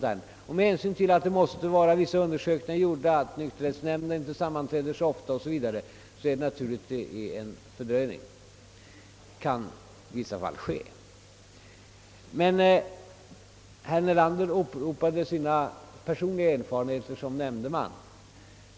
Med hänsyn till att vissa undersökningar måste göras, att nykterhetsnämnderna inte sammanträder så ofta 0. S. Vv. är det emellertid naturligt att en fördröjning kan uppkomma i vissa fall. Herr Nelander åberopade sina personliga erfarenheter som nämndeman.